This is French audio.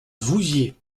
vouziers